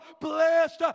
blessed